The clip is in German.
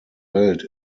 welt